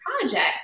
projects